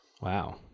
Wow